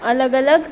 अलॻि अलॻि